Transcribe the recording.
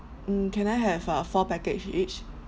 mm can I have a four package each